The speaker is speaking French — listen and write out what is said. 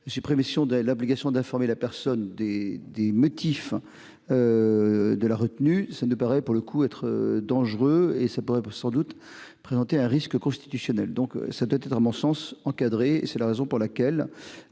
pris émission de l'obligation d'informer la personne des des motifs. De la retenue. Ça ne paraît pour le coup être dangereux et ça pourrait sans doute présenter un risque constitutionnel donc ça doit être à mon sens encadré et c'est la raison pour laquelle.